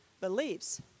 believes